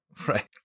Right